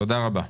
תודה רבה.